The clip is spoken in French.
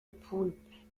poulpe